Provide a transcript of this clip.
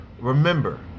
Remember